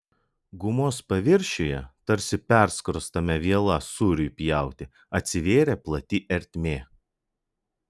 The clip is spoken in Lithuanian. gumos paviršiuje tarsi perskrostame viela sūriui pjauti atsivėrė plati ertmė